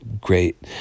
great